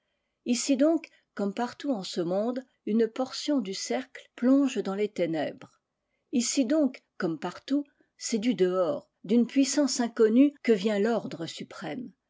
ici donc comme partout en ce monde une portion du cercle plonge dans les ténèbres ici donc comme partout c'est du dehors d'une puissance inconnue que vient tordre suprême